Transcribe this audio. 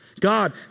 God